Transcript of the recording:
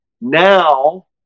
now